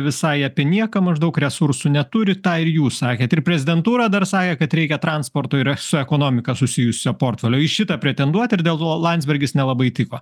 visai apie nieką maždaug resursų neturi tai ir jūs sakėt ir prezidentūra dar sakė kad reikia transporto yra su ekonomika susijusio portfelio į šitą pretenduoti ir dėl to landsbergis nelabai tiko